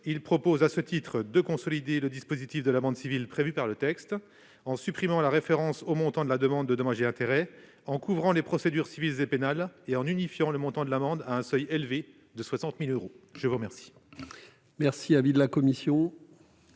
ce titre, il tend à consolider le dispositif de l'amende civile prévu par le texte, en supprimant la référence au montant de la demande de dommages et intérêts, en couvrant les procédures civiles et pénales et en unifiant le montant de l'amende à un seuil élevé de 60 000 euros. Quel